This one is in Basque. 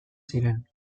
ziren